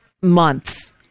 months